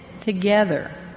together